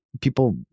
people